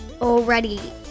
already